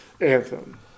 anthem